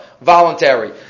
voluntary